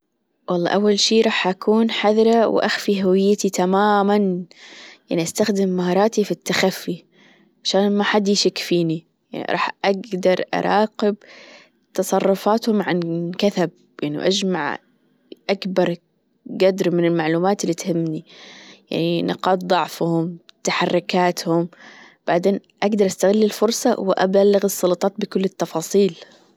والله أول شي راح أكون حذرة وأخفي هويتي تماما يعني أستخدم مهاراتي في التخفي عشان ما حد يشك فيني راح أجدر أراقب تصرفاته عن كثب أنه أجمع أكبر جدر من المعلومات اللي تهمني يعني نقاط ضعفهم تحركاتهم بعدين أجدر أستغل الفرصة وأبلغ السلطات بكل التفاصيل.